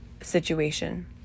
situation